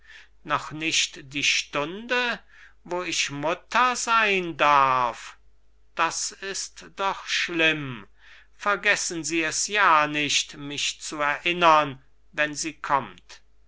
noch nicht die stunde wo ich mutter sein darf das ist doch schlimm vergessen sie es ja nicht mich innern wenn sie kommt